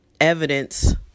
evidence